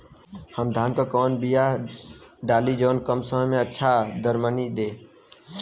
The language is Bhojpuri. हम धान क कवन बिया डाली जवन कम समय में अच्छा दरमनी दे?